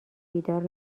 بیدار